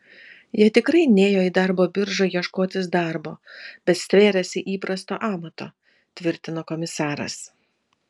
jie tikrai nėjo į darbo biržą ieškotis darbo bet stvėrėsi įprasto amato tvirtino komisaras